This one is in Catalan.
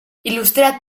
il·lustrat